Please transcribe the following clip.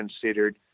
considered